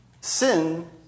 sin